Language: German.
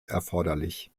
erforderlich